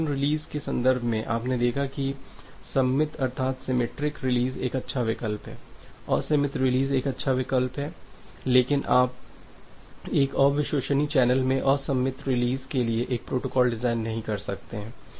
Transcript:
connection release के संदर्भ में आपने देखा है कि सममित अर्थात सिमेट्रिक रिलीज एक अच्छा विकल्प है असममित रिलीज एक अच्छा विकल्प है लेकिन आप एक अविश्वसनीय चैनल में असममित रिलीज के लिए एक प्रोटोकॉल डिजाइन नहीं कर सकते हैं